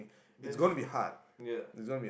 that is true ya